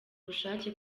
ubushake